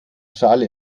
schale